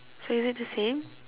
so is it the same